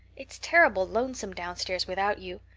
it's terrible lonesome downstairs without you.